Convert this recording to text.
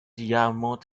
yarmouth